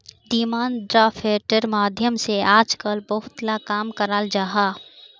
demand ड्राफ्टेर माध्यम से आजकल बहुत ला काम कराल जाहा